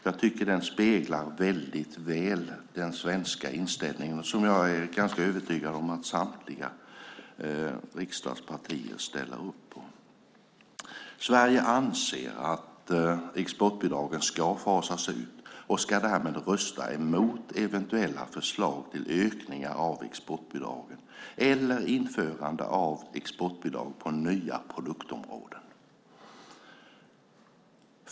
Jag tycker att den speglar den svenska inställningen väl, som jag är ganska övertygad om att samtliga riksdagspartier ställer upp på: Sverige anser att exportbidragen ska fasas ut och ska därmed rösta emot eventuella förslag till ökningar av exportbidragen eller införande av exportbidrag på nya produktområden.